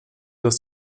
dass